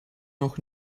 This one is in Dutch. nog